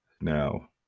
Now